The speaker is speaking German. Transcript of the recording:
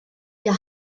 wir